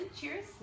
Cheers